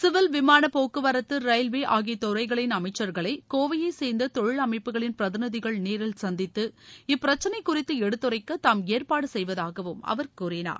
civil விமானப் போக்குவரத்து railway ஆகிய துறைகளின் அமைச்சர்களை கோவையைச் சேர்ந்த தொழில் அமைப்புகளின் பிரதிநிதிகள் நேரில் சந்தித்து இப்பிரச்னை குறித்து எடுத்துரைக்க தாம் ஏற்பாடு செய்வதாகவும் அவர் கூறினார்